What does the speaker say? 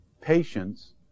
patience